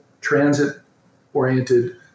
transit-oriented